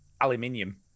aluminium